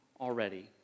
already